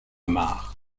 mare